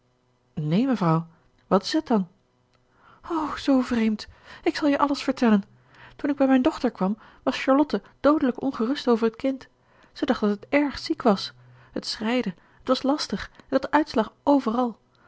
neen mevrouw wat is het dan o zoo vreemd ik zal je alles vertellen toen ik bij mijn dochter kwam was charlotte doodelijk ongerust over t kind ze dacht dat het erg ziek was t schreide t was lastig en t had uitslag overal